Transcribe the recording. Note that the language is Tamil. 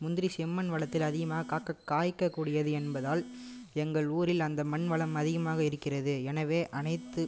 முந்திரி செம்மண் வளத்தில் அதிகமாக காய்க்கக்கூடியது என்பதால் எங்கள் ஊரில் அந்த மண்வளம் அதிகமாக இருக்கிறது எனவே அனைத்து